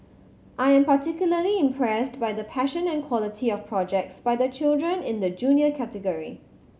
I am particularly impressed by the passion and quality of projects by the children in the Junior category